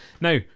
Now